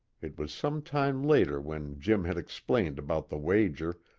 it was some time later when jim had explained about the wager,